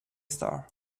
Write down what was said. star